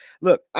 look